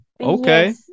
Okay